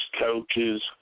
coaches